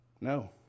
No